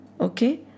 okay